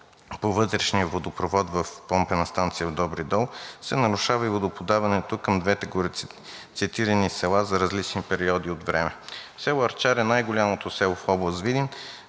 по вътрешните водопроводи в помпена станция „Добри дол“ се нарушава и водоподаването към двете горецитирани села за различни периоди от време. Село Арчар е най-голямото село в област Видин